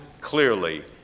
clearly